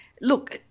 Look